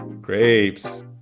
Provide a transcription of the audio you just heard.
Grapes